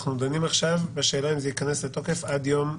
אנחנו דנים עכשיו בשאלה אם זה ייכנס לתוקף עד יום,